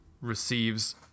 receives